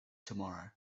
tomorrow